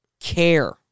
care